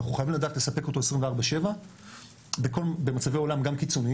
אנחנו חייבים לדעת לספק אותו 24/7 במצבי עולם גם קיצוניים